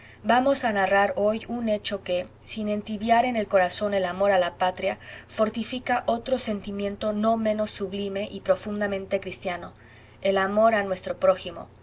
vamos a narrar hoy un hecho que sin entibiar en el corazón el amor a la patria fortifica otro sentimiento no menos sublime y profundamente cristiano el amor a nuestro prójimo